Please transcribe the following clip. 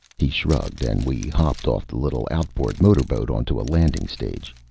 he shrugged, and we hopped off the little outboard motorboat onto a landing stage.